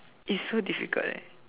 it's so difficult leh